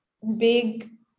big